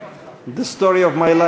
שונות,